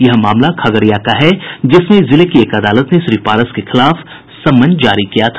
यह मामला खगड़िया का है जिसमें जिले की एक अदालत ने श्री पारस के खिलाफ समन जारी किया था